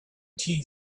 tea